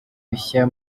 mishya